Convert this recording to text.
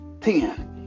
ten